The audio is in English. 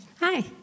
Hi